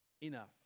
enough